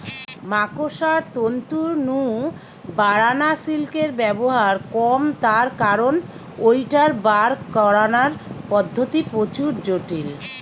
মাকড়সার তন্তু নু বারানা সিল্কের ব্যবহার কম তার কারণ ঐটার বার করানার পদ্ধতি প্রচুর জটিল